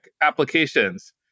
applications